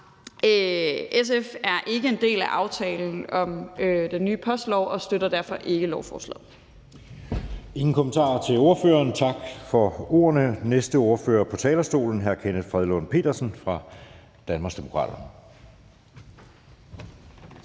SF er ikke en del af aftalen om den nye postlov og støtter derfor ikke lovforslaget. Kl. 11:06 Anden næstformand (Jeppe Søe): Der er ingen kommentarer til ordføreren. Tak for ordene. Næste ordfører på talerstolen er hr. Kenneth Fredslund Petersen fra Danmarksdemokraterne.